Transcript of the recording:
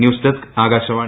news desk Akashvani